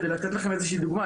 כדי לתת לכם איזו שהיא דוגמה.